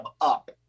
up